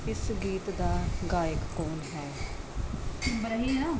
ਇਸ ਗੀਤ ਦਾ ਗਾਇਕ ਕੌਣ ਹੈ